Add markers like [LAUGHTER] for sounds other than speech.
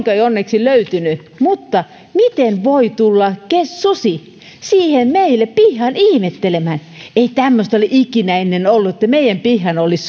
ei onneksi löytynyt mutta miten voi tulla susi siihen meille pihaan ihmettelemään ei tämmöistä ole ikinä ennen ollut että meidän pihaan olisi [UNINTELLIGIBLE]